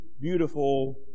beautiful